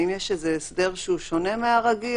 יש הסדר שונה מהרגיל,